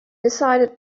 decided